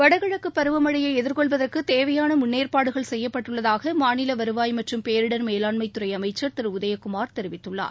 வடகிழக்கு பருவமழையை எதிர்கொள்வதற்கு தேவையான முன்னேற்பாடுகள் செய்யப்பட்டுள்ளதாக மாநில வருவாய் மற்றும் பேரிடர் மேலாண்மை துறை அமைச்சர் திரு உதயகுமார் தெரிவித்துள்ளார்